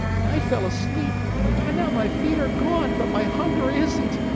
and i fell asleep and now my feet are gone but my hunger isn't!